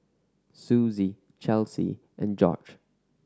Suzie Chelsea and Jorge